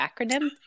acronym